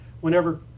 Whenever